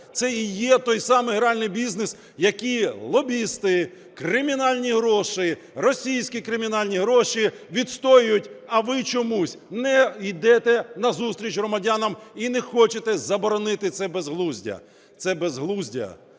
це і є той самий гральний бізнес, який лобісти, кримінальні гроші, російські кримінальні гроші відстоюють, а ви чомусь не йдете назустріч громадянам і не хочете заборонити це безглуздя.